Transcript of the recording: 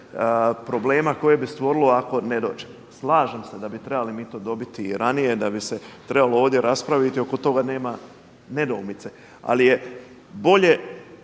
problema koje bi stvorilo ako ne dođe. Slažem se da bi trebali mi to dobiti i ranije da bi se trebalo ovdje raspraviti. Oko toga nema nedoumice, ali je bolje